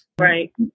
Right